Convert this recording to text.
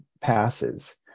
passes